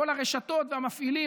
כל הרשתות והמפעילים,